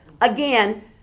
Again